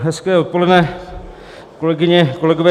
Hezké odpoledne, kolegyně, kolegové.